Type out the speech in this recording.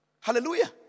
Hallelujah